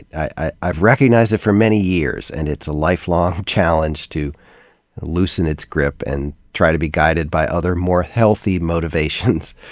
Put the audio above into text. i've recognized it for many years and it's a lifelong challenge to loosen its grip and try to be guided by other, more healthy motivations.